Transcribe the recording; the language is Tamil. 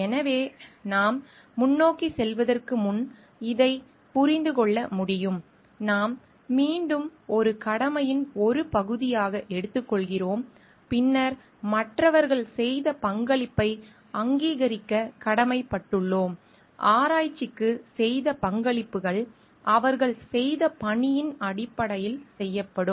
எனவே நாம் முன்னோக்கிச் செல்வதற்கு முன் இதைப் புரிந்து கொள்ள முடியும் நாம் மீண்டும் ஒரு கடமையின் ஒரு பகுதியாக எடுத்துக்கொள்கிறோம் பின்னர் மற்றவர்கள் செய்த பங்களிப்பை அங்கீகரிக்க கடமைப்பட்டுள்ளோம் ஆராய்ச்சிக்கு செய்த பங்களிப்புகள் அவர்கள் செய்த பணியின் அடிப்படையில் செய்யப்படும்